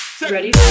ready